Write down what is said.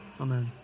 Amen